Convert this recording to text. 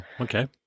Okay